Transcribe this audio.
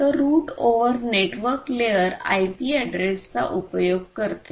तर route over network layer IP अॅड्रेसचा उपयोग करते